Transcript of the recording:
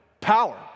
Power